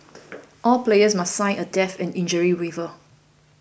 all players must sign a death and injury waiver